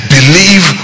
Believe